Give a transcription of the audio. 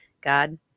God